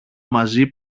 μαζί